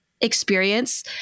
experience